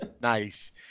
nice